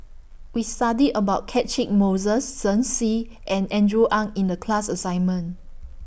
We studied about Catchick Moses Shen Xi and Andrew Ang in The class assignment